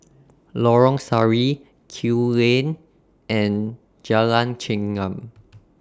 Lorong Sari Kew Lane and Jalan Chengam